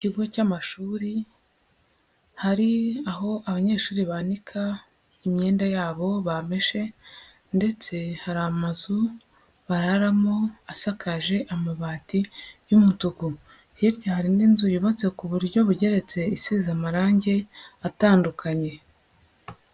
Ikigo cy'amashuri hari aho abanyeshuri banika, imyenda yabo bameshe ndetse hari amazu bararamo asakaje amabati y'umutuku. Hirya hari indi nzu yubatse ku buryo bugeretse isize amarangi atandukanye.